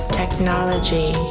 technology